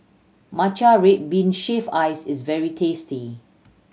Matcha red bean shaved ice is very tasty